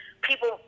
people